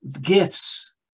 gifts